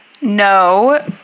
No